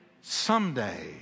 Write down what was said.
someday